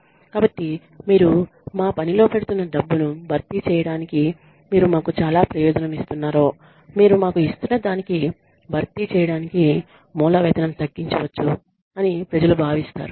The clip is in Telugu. కాబట్టి మీరు మా పనిలో పెడుతున్న డబ్బును భర్తీ చేయడానికి మీరు మాకు చాలా ప్రయోజనం ఇస్తున్నారో మీరు మాకు ఇస్తున్నదానికి భర్తీ చేయడానికి మూల వేతనం తగ్గించబడవచ్చు అని ప్రజలు భావిస్తారు